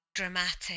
Dramatic